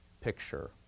picture